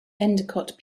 endicott